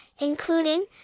including